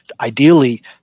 ideally